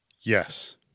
yes